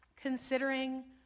considering